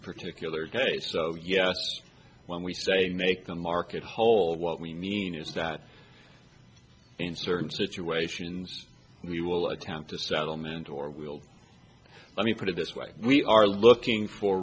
particular day so yes when we say make the market whole what we mean is that in certain situations we will attempt to settlement or we'll let me put it this way we are looking for